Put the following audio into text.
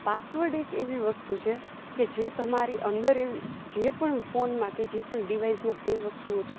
password એક એવી વસ્તુ છે કે જે તમારી અંદર એવી જે પણ ફોનમાં કે જે પણ ડિવાઇસમાં જે વસ્તુઓ છે